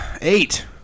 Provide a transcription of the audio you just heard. eight